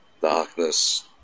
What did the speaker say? darkness